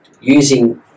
using